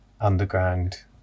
underground